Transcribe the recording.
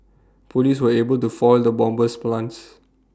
Police were able to foil the bomber's plans